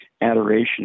adoration